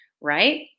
right